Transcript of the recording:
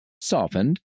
softened